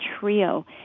trio